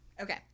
Okay